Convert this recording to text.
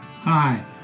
Hi